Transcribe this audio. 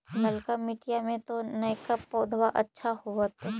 ललका मिटीया मे तो नयका पौधबा अच्छा होबत?